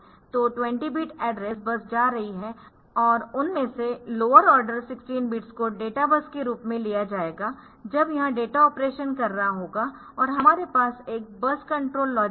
तो 20 bit address bus जा रही है और उन में से लोअर आर्डर 16 बिट्स को डेटा बस के रूप में लिया जाएगा जब यह डेटा ऑपरेशन कर रहाहोगा और हमारे पास एक बस कंट्रोल लॉजिक है